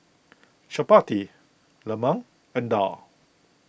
Chappati Lemang and Daal